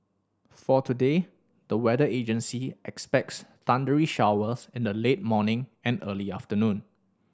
for today the weather agency expects thundery showers in the late morning and early afternoon